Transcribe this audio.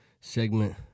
segment